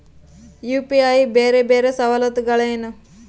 UPI ಬೇರೆ ಬೇರೆ ಸವಲತ್ತುಗಳೇನು?